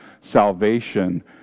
salvation